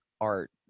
art